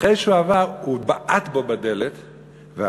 אחרי שהוא עבר הוא בעט לו בדלת והלך.